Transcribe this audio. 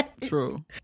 True